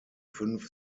fünf